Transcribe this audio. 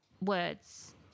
words